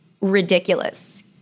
ridiculous